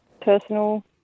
personal